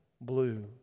blue